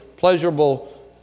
pleasurable